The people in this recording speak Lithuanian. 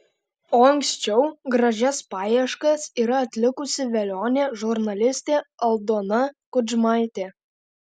o anksčiau gražias paieškas yra atlikusi velionė žurnalistė aldona kudžmaitė